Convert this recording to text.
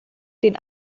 den